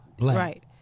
right